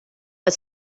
but